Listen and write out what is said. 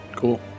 Cool